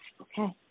Okay